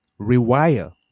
rewire